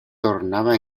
tornaba